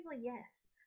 yes